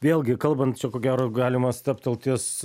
vėlgi kalbant čia ko gero galima stabtelt ties